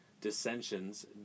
dissensions